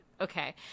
okay